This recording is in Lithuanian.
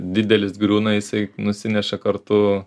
didelis griūna jisai nusineša kartu